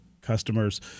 customers